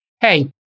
hey